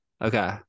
Okay